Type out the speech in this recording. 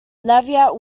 leavitt